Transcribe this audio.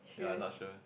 ya not sure